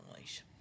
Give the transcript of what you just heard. leash